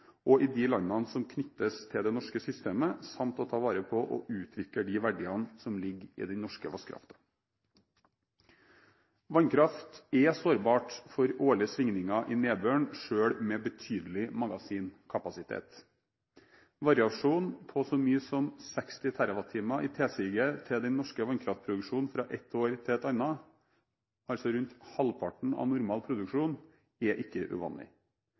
og i de landene som knyttes til det norske systemet, samt til å ta vare på og utvikle de verdiene som ligger i den norske vannkraften. Vannkraften er sårbar for årlige svingninger i nedbøren selv med betydelig magasinkapasitet. Variasjoner på så mye som 60 TWh i tilsiget til den norske vannkraftproduksjonen fra ett år til et annet år – altså rundt halvparten av normal produksjon – er ikke uvanlig.